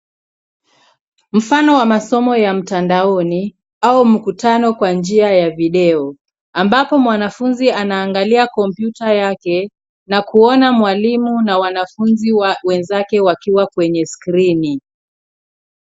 Mfano wa masomo ya mtandaoni au mkutano kwa njia ya video, ambapo mwanafunzi anaangalia kompyuta yake, na kuona mwalimu na wanafunzi wenzake wakiwa kwenye skrini.